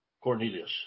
Cornelius